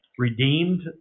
redeemed